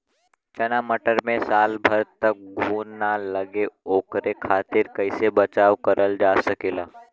चना मटर मे साल भर तक घून ना लगे ओकरे खातीर कइसे बचाव करल जा सकेला?